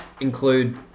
include